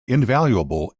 invaluable